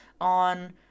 on